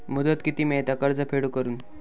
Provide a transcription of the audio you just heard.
मुदत किती मेळता कर्ज फेड करून?